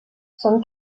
són